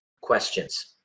questions